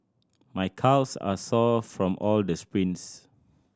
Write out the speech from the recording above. my calves are sore from all the sprints